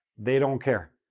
they don't care,